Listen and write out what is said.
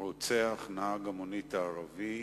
רוצח נהג המונית הערבי